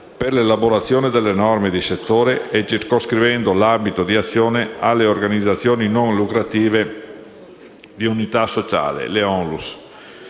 per l'elaborazione delle norme di settore e circoscrivendo l'ambito di azione alle organizzazioni non lucrative di utilità sociale (ONLUS).